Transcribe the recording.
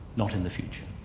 not in the future,